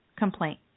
complaint